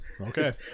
Okay